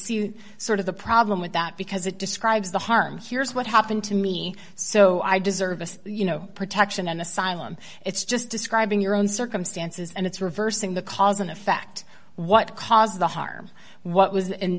see sort of the problem with that because it describes the harm here's what happened to me so i deserve you know protection and asylum it's just describing your own circumstances and it's reversing the cause and effect what caused the harm what was and